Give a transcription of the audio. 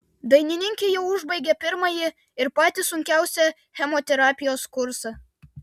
dainininkė jau užbaigė pirmąjį ir patį sunkiausią chemoterapijos kursą